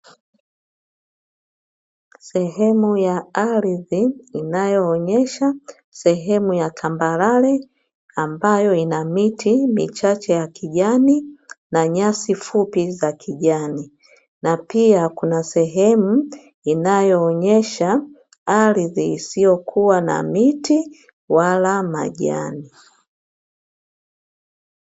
Sehemu ya ardhi inayoonyesha sehemu ya tambarare ambayo ina miti michache ya kijani na nyasi fupi za kijani na pia kuna sehemu inayoonyesha ardhi isiyokuwa na miti wala majani .